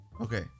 okay